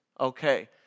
Okay